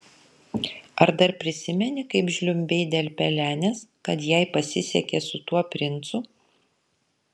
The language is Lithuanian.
ar dar prisimeni kaip žliumbei dėl pelenės kad jai pasisekė su tuo princu